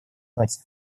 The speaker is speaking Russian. ноте